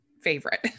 favorite